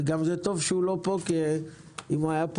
גם טוב שהוא לא פה כי אם הוא היה פה